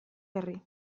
berri